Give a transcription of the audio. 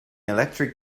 electric